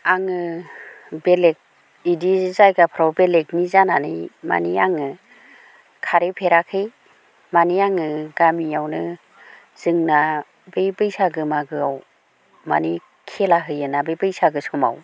आङो बेलेक इदि जायगाफ्राव बेलेगनि जानानै मानि आङो खारै फैराखै मानि आङो गामियावनो जोंना बै बैसागो मागोआव मानि खेला होयोना बै बैसागो समाव